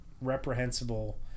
reprehensible